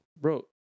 Bro